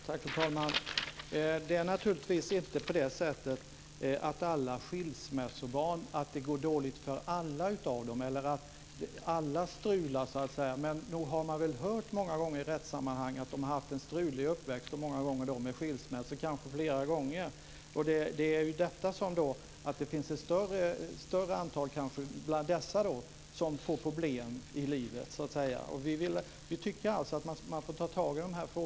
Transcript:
Fru talman! Det är naturligtvis inte så att det går dåligt för alla skilsmässobarn eller att alla strular. Men nog har man många gånger i rättssammanhang hört att människor haft en strulig uppväxt och kanske med flera skilsmässor. Det finns kanske ett större antal bland dessa som får problem i livet. Vi tycker att man får ta tag i frågorna.